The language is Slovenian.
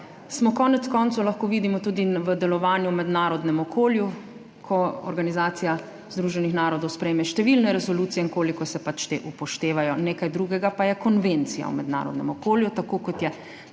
lahko konec koncev vidimo tudi v delovanju v mednarodnem okolju, ko Organizacija združenih narodov sprejme številne resolucije in koliko se pač te upoštevajo. Nekaj drugega pa je konvencija v mednarodnem okolju. Tako kot je